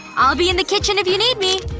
i'll be in the kitchen if you need me!